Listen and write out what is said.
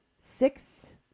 Six